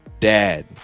Dad